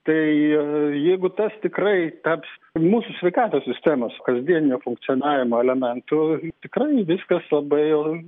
tai jeigu tas tikrai taps mūsų sveikatos sistemos kasdienio funkcionavimo elementu tikrai viskas labai jau